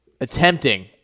attempting